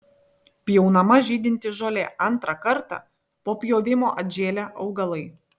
pjaunama žydinti žolė antrą kartą po pjovimo atžėlę augalai